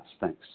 Thanks